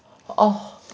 oh